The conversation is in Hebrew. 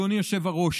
אדוני היושב-ראש,